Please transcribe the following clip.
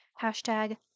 Hashtag